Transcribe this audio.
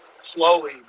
slowly